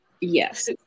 Yes